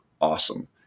awesome